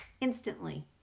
instantly